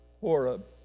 Horeb